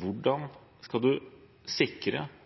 Hvordan skal man sikre